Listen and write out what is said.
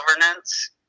Governance